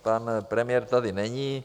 Pan premiér tady není.